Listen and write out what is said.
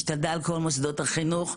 השתלטה על כל מוסדות החינוך,